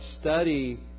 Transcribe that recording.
study